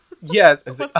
yes